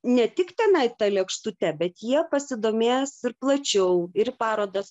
ne tik tenai ta lėkštute bet jie pasidomės ir plačiau ir į parodas